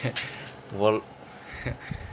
我